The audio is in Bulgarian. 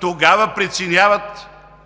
Тогава